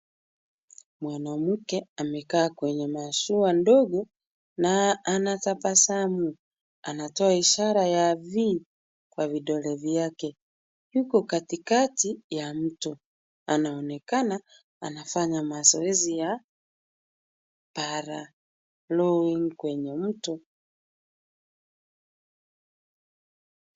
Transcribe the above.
Mwanamke amekaa kwenye mashua ndogo na anatabasamu, anatoa ishara ya V kwa vidole vyake, yuko katikati ya mto, anaonekana anafanya mazoezi ya para rowing kwenye mto.